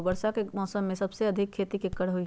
वर्षा के मौसम में सबसे अधिक खेती केकर होई?